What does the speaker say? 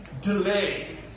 delay